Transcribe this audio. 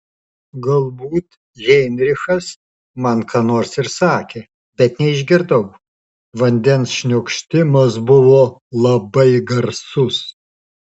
galbūt heinrichas man ką nors ir sakė bet neišgirdau vandens šniokštimas buvo labai garsus